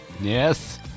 Yes